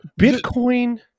bitcoin